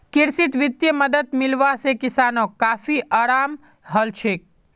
कृषित वित्तीय मदद मिलवा से किसानोंक काफी अराम हलछोक